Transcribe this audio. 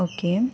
okay